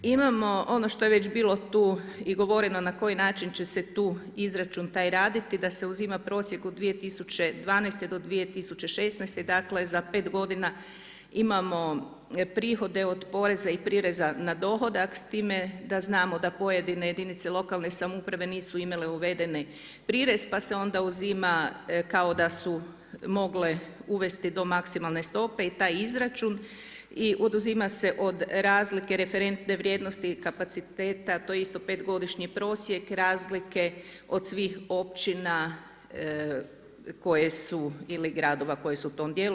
Imamo ono što je već bilo tu i govoreno na koji način će se tu izračun taj raditi, da se uzima prosjek u 2012.-2016. dakle, za 5 godina imamo prihoda od poreza i prireza na dohodak, s time da znamo da pojedine jedinice lokalne samouprave nisu imale uvedeni prirez, pa se onda uzima kao da su mogle uvesti do maksimalne stope i taj izračun i oduzima se od razlike referentne vrijednosti kapaciteta, to je isto petogodišnji prosjek, razlike od svih općina koje su ili gradova koji su u tom dijelu.